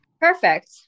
Perfect